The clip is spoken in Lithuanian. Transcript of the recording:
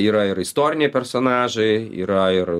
yra ir istoriniai personažai yra ir